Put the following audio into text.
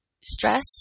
stress